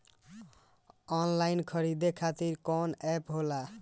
Online खरीदे खातीर कौन एप होला?